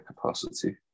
capacity